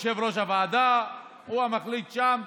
יושב-ראש הוועדה הוא המחליט שם,